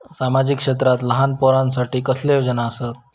सामाजिक क्षेत्रांत लहान पोरानसाठी कसले योजना आसत?